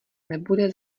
nebude